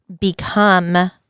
become